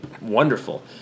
wonderful